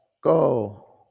go